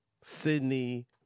Sydney